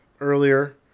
earlier